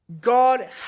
God